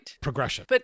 progression